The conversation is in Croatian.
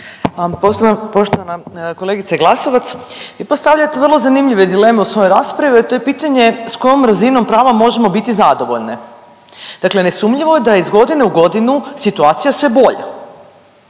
Poštovana kolegice Glasovac vi postavljate vrlo zanimljive dileme u svojoj raspravi, a to je pitanje s kojom razinom prava možemo biti zadovoljne. Dakle nesumnjivo je da je iz godine u godinu situacija sve bolja,